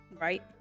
right